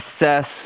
assess